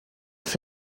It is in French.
fait